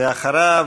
ואחריו,